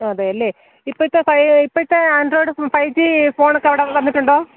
അതെയല്ലേ ഇപ്പോഴത്തെ പഴയ ഇപ്പോഴത്തെ അണ്ട്രോയിഡ് ഫൈ ജീ ഫോണ് ഒക്കെ അവിടെ വന്നിട്ടുണ്ടോ